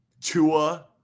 Tua